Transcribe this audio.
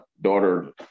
daughter